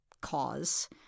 cause